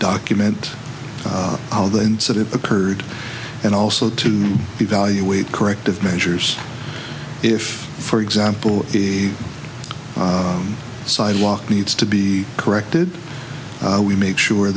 document how the incident occurred and also to evaluate corrective measures if for example if the sidewalk needs to be corrected we make sure